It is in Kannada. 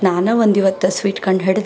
ನಾನು ಒಂದು ಈವತ್ತು ಸ್ವೀಟ್ ಕಂಡು ಹಿಡಿದ